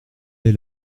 est